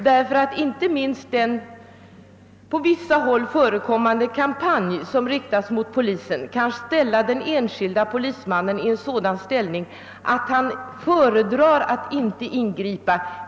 Den på vissa håll förekommande kampanjen mot polisen kan göra att en enskild polisman föredrar att inte ingripa.